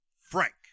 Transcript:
Frank